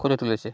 করে তুলেছে